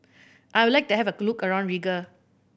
I would like to have a look around Riga